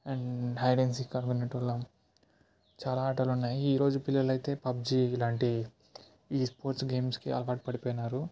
and hide and seek ఆడుకునేటోళ్ళం చాలా ఆటలున్నాయి ఈ రోజు పిల్లలయితే పబ్జి ఈలాంటి ఈ స్పోర్ట్స్ గేమ్స్కి అలవాటు పడిపోయినారు